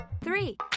Three